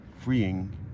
freeing